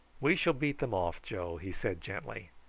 we shall beat them off, joe, he said gently.